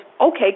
okay